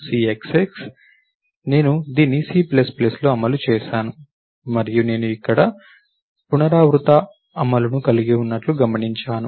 cxx నేను దీన్ని Cలో అమలు చేసాను మరియు నేను ఇక్కడ పునరావృత అమలును కలిగి ఉన్నట్లు గమనించాను